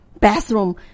bathroom